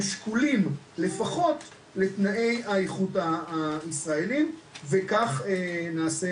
שקולים לחות לתנאי האיכות הישראליים וכך נעשה